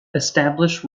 established